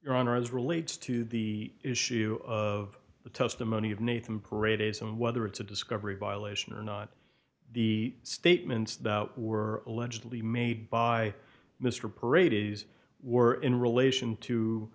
your honor as relates to the issue of the testimony of nathan parade days and whether it's a discovery violation or not the statements that were allegedly made by mr parade is were in relation to